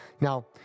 Now